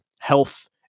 health